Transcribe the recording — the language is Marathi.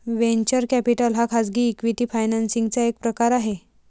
वेंचर कॅपिटल हा खाजगी इक्विटी फायनान्सिंग चा एक प्रकार आहे